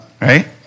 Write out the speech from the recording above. right